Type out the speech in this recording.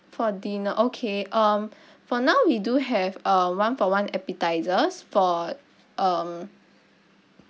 for dinner okay um for now we do have uh one for one appetisers for um